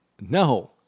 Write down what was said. No